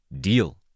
deal